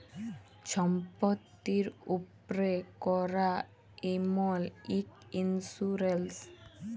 ছম্পত্তির উপ্রে ক্যরা ইমল ইক ইল্সুরেল্স